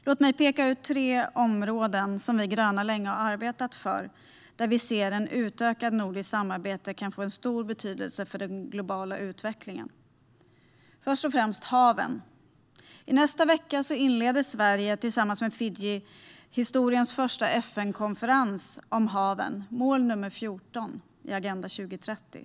Låt mig peka ut tre områden som vi gröna länge har arbetat för och där vi ser att ett utökat nordiskt samarbete kan få stor betydelse för den globala utvecklingen. Det gäller först och främst haven. I nästa vecka inleder Sverige tillsammans med Fiji historiens första FN-konferens om haven, mål nr 14 i Agenda 2030.